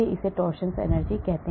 इसे torsions energy कहते हैं